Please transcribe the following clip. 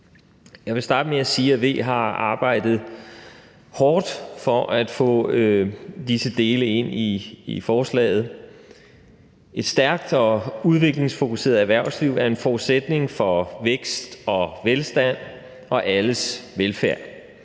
Jeg vil starte med at sige, at Venstre har arbejdet hårdt for at få visse dele ind i forslaget. Et stærkt og udviklingsfokuseret erhvervsliv er en forudsætning for vækst og velstand og alles velfærd.